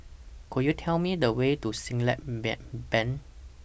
Could YOU Tell Me The Way to Siglap Bank